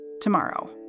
tomorrow